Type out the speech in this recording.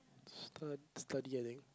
start study I think